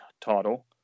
title